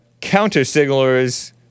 counter-signalers